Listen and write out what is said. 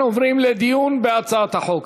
אנחנו עוברים לדיון בהצעת החוק.